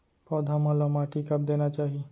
पौधा मन ला माटी कब देना चाही?